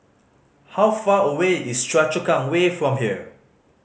how far away is Choa Chu Kang Way from here